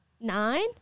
nine